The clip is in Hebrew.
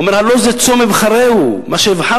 הוא אומר: "הלוא זה צום אבחרהו" מה שאבחר,